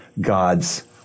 God's